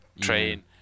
train